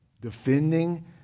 defending